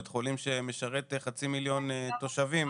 בית חולים שמשרת חצי מיליון תושבים.